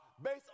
based